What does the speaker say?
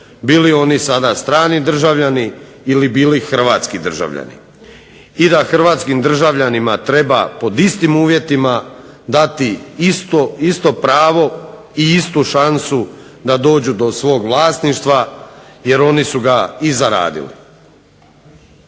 bili oni sada strani državljani ili bili hrvatski državljani i da hrvatskim državljanima treba pod istim uvjetima dati isto pravo i istu šansu da dođu do svog vlasništva jer oni su ga i zaradili.